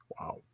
Wow